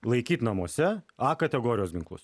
laikyt namuose a kategorijos ginklus